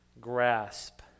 grasp